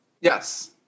Yes